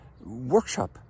workshop